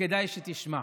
וכדאי שתשמע.